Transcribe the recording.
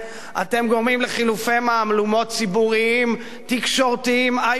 אתם גורמים חילופי מהלומות ציבוריים תקשורתיים איומים,